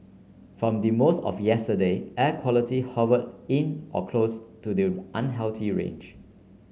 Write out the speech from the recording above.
from the most of yesterday air quality hover in or close to the unhealthy range